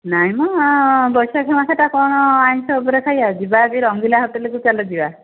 ନାଇଁ ମ ବୈଶାଖ ମାସଟା କ'ଣ ଆଇଁଷ ଉପରେ ଖାଇଆ ଯିବା ଯଦି ରଙ୍ଗିଲା ହୋଟେଲ୍କୁ ଚାଲ ଯିବା